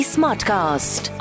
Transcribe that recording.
Smartcast